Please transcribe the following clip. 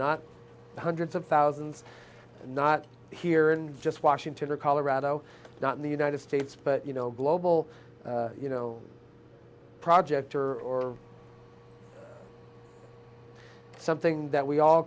not hundreds of thousands not here in just washington or colorado not in the united states but you know global you know project or something that we all